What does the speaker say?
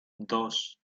dos